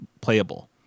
playable